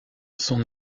son